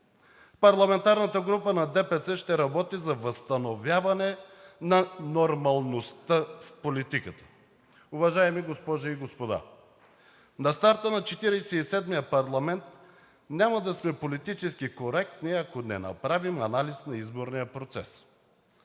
Парламентарната група на ДПС ще работи за възстановяване на нормалността в политиката. Уважаеми госпожи и господа, на старта на Четиридесет и седмия парламент няма да сме политически коректни, ако не направим анализ на изборния процес.